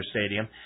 Stadium